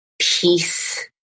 peace